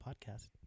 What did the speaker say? podcast